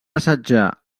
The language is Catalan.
assetjar